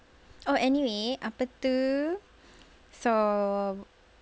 oh anyway apa itu so